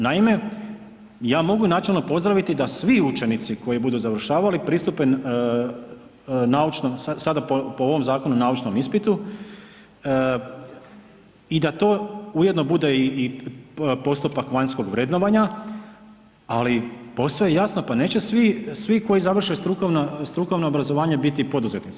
Naime, ja mogu načelno pozdraviti da svi učenici koji budu završavali pristupe, sada po ovom zakonu naučnom ispitu i da to ujedno bude i postupak vanjskog vrednovanja, ali posve je jasno, pa neće svi koji završe strukovno obrazovanje biti poduzetnici.